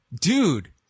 Dude